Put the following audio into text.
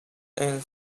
and